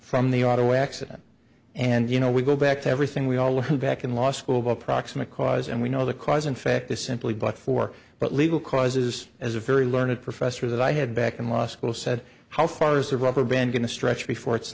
from the auto accident and you know we go back to everything we all have back in law school by proximate cause and we know the cause and effect this simply but for but legal causes as a very learned professor that i had back in law school said how far is the rubber band going to stretch before it